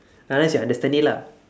unless you understand it lah